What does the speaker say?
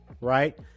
right